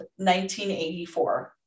1984